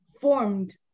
formed